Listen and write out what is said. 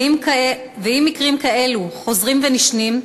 ואם מקרים כאלה חוזרים ונשנים,